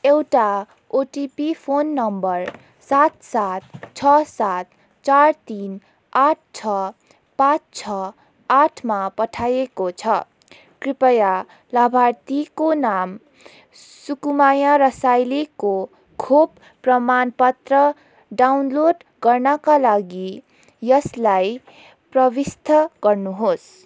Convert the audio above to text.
एउटा OTP phone number सात सात छ सात चार तिन आठ छ पाँच छ आठमा पठाइएको छ कृपया लाभार्थीको नाम सुकुमाया रसाइलीको खोप प्रमाण पत्र डाउनलोड गर्नाका लागि यसलाई प्रविष्ट गर्नुहोस्